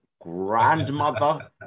grandmother